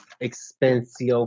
expensive